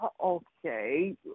Okay